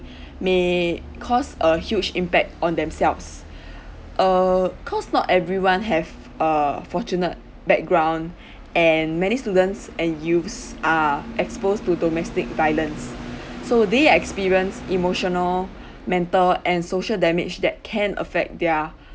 may cause a huge impact on themselves err cause not everyone have err fortunate background and many students and youths are exposed to domestic violence so they experience emotional mental and social damage that can affect their